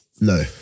No